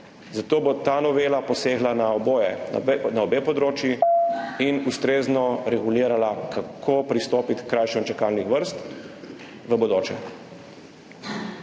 Zato bo ta novela posegla na oboje, na obe področji in ustrezno regulirala, kako pristopiti h krajšanju čakalnih vrst v bodoče.